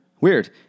Weird